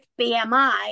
BMI